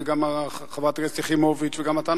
גם חברת הכנסת יחימוביץ וגם אתה,